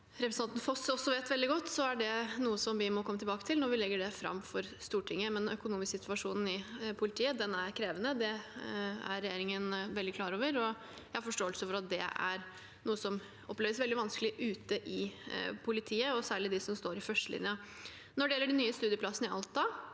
representanten Foss vet veldig godt, er revidert nasjonalbudsjett noe vi må komme tilbake til når vi legger det fram for Stortinget. Den økonomiske situasjonen i politiet er krevende. Det er regjeringen veldig klar over. Jeg har forståelse for at det er noe som oppleves veldig vanskelig ute i politiet, særlig av dem som står i førstelinjen. Når det gjelder de nye studieplassene i Alta,